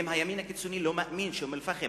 ואם הימין הקיצוני לא מאמין שאום-אל-פחם